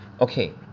okay